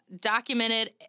Documented